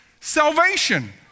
Salvation